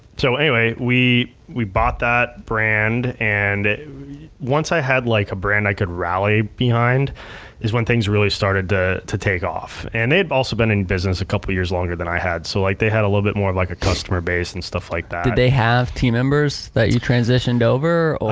so anyway, we we bought that brand and once i had like a brand that i could rally behind is when things really started to to take off and they had also been in business a couple of years longer than i had, so like they had a little bit more of like a customer base and stuff like that. did they have team members that you transitioned over?